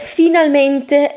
finalmente